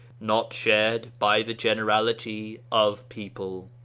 not shared by the generality of people.